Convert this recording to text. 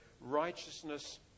righteousness